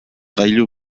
gailu